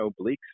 obliques